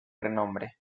renombre